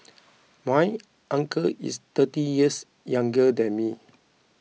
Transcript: my uncle is thirty years younger than me